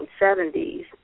1970s